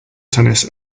tennis